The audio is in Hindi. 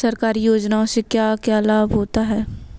सरकारी योजनाओं से क्या क्या लाभ होता है?